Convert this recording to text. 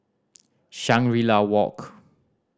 Shangri La Walk